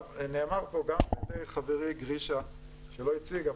נאמר פה גם על ידי חברי גרישה שלא הציג,